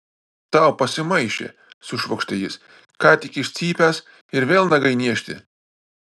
tau pasimaišė sušvokštė jis ką tik iš cypęs ir vėl nagai niežti